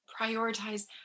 prioritize